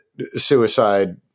suicide